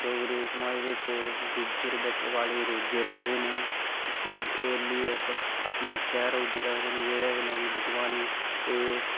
डोगरा समाज च गुज्जर बक्करवाल एह् रोजे रक्खदे न जेह्दे कन्नै कि भगवान गी खुश करी पान